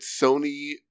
Sony